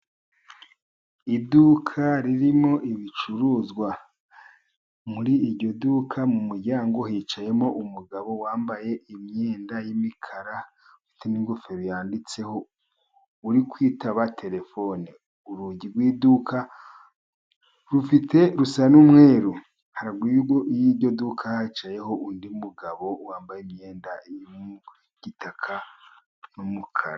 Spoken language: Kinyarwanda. Iduka ririmo ibicuruzwa. Muri iryo duka, mu muryango hicayemo umugabo wambaye imyenda y'imikara ufite n'ingofero yanditseho. Ari kwitaba terefone. Urugi rw'iduka rusa n'umweru. Haruguru y'iryo duka hicayeho undi mugabo wambaye imyenda y'igitaka n'umukara.